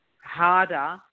Harder